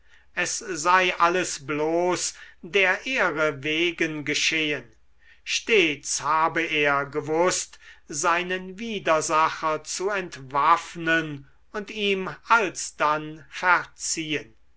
es sei alles bloß der ehre wegen geschehen stets habe er gewußt seinen widersacher zu entwaffnen und ihm alsdann verziehen